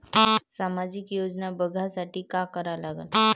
सामाजिक योजना बघासाठी का करा लागन?